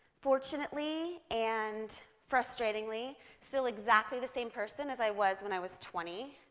fortunately and frustratingly, still exactly the same person as i was when i was twenty,